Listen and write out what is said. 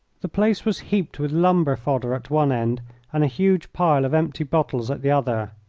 the place was heaped with lumber-fodder at one end and a huge pile of empty bottles at the other.